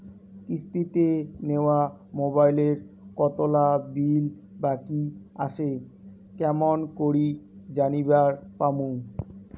কিস্তিতে নেওয়া মোবাইলের কতোলা বিল বাকি আসে কেমন করি জানিবার পামু?